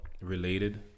Related